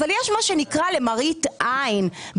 אבל יש מה שנקרא למראית עין.